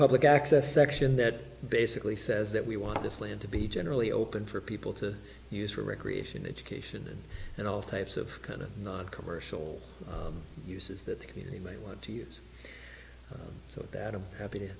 public access section that basically says that we want this land to be generally open for people to use for recreation education and all types of kind of commercial uses that he might want to use so that i'm happy to